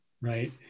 Right